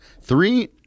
Three